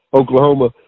Oklahoma